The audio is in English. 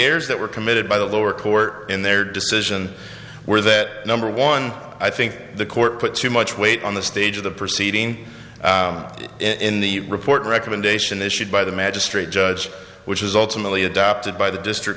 errors that were committed by the lower court in their decision were that number one i think the court put too much weight on the stage of the proceeding in the report recommendation issued by the magistrate judge which is ultimately adopted by the district